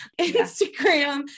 Instagram